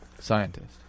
scientist